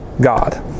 God